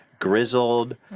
grizzled